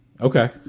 Okay